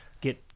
get